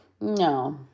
no